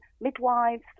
midwives